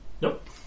Nope